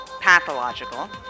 pathological